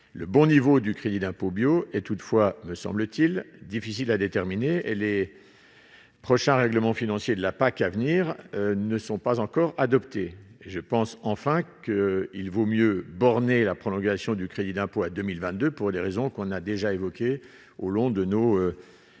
le bon niveau du crédit d'impôt bio est toutefois, me semble-t-il difficile à déterminer, elle est prochain règlement financier de la PAC à venir ne sont pas encore adoptée et je pense enfin qu'il vaut mieux borner la prolongation du crédit d'impôt à 2022, pour des raisons qu'on a déjà évoqué au long de nos précédents